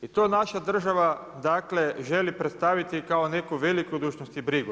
I to naša država dakle želi predstaviti kao neku velikodušnost i brigu.